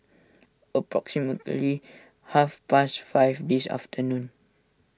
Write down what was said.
approximately half past five this afternoon